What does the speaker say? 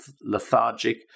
lethargic